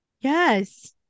Yes